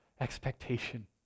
expectation